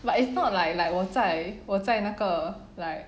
but it's not like like 我在我在那个 like